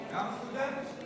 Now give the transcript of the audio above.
גם סטודנטים.